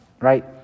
right